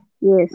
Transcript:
yes